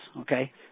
okay